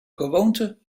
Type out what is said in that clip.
gewoonte